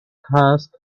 husk